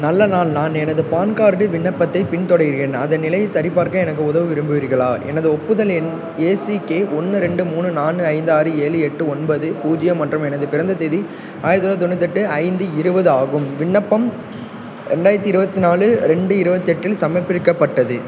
நல்ல நாள் நான் எனது பான் கார்டு விண்ணப்பத்தைப் பின்தொடர்கிறேன் அதன் நிலையை சரிபார்க்க எனக்கு உதவ விரும்புகிறீர்களா எனது ஒப்புதல் எண் ஏசிகே ஒன்று ரெண்டு மூணு நான்கு ஐந்து ஆறு ஏழு எட்டு ஒன்பது பூஜ்யம் மற்றும் எனது பிறந்த தேதி ஆயிரத்தி தொள்ளாயிரத்தி தொண்ணூற்றெட்டு ஐந்து இருபது ஆகும் விண்ணப்பம் ரெண்டாயிரத்தி இருபத்தி நாலு ரெண்டு இருபத்தெட்டில் சமர்ப்பிக்கப்பட்டது